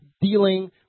dealing